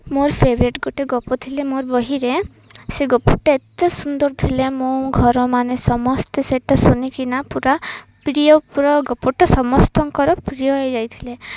ମୋର ଫେଭରେଟ ଗୋଟେ ଗପ ଥିଲା ମୋର ବହିରେ ସେ ଗପଟା ଏତେ ସୁନ୍ଦର ଥିଲା ମୁଁ ଘର ମାନ ସମସ୍ତେ ସେଟା ଶୁଣିକିନା ପୁରା ପ୍ରିୟ ପୁରା ଗପଟା ସମସ୍ତଙ୍କର ପ୍ରିୟ ହୋଇଯାଇଥିଲା